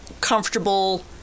comfortable